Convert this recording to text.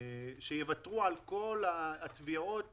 שיוותרו על כל תביעות